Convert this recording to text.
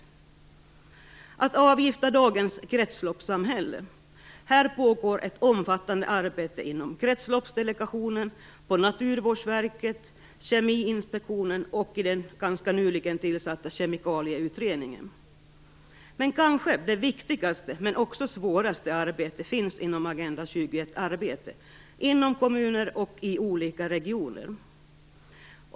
När det gäller att avgifta dagens kretsloppssamhälle pågår ett omfattande arbete inom Kretsloppsdelegationen, Naturvårdsverket, Kemiinspektionen och den ganska nyligen tillsatta Kemikalieutredningen. Men det kanske viktigaste, men också svåraste, arbetet finns inom Agenda 21-arbetet, inom kommuner och i olika regioner.